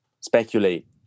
speculate